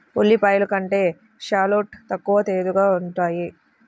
ఉల్లిపాయలు కంటే షాలోట్ తక్కువ చేదుగా ఉంటాయి